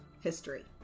history